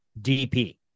DP